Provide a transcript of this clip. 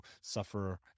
suffer